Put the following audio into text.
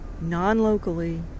non-locally